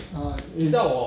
uh it is